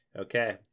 Okay